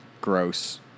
gross